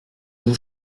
vous